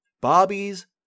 Bobby's